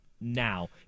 now